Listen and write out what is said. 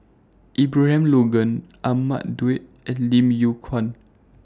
Abraham Logan Ahmad Daud and Lim Yew Kuan